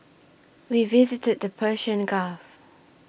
we visited the Persian Gulf